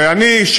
אני,